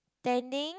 standing